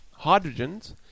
hydrogens